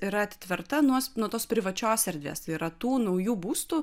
yra atitverta nuo nuo tos privačios erdvės tai yra tų naujų būstų